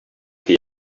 que